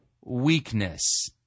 weakness